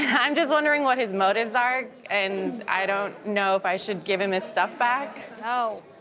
ah i'm just wondering what his motives are and i don't know if i should give him his stuff back. no!